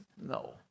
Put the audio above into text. no